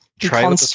try